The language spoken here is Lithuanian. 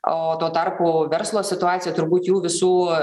o tuo tarpu verslo situacija turbūt jų visų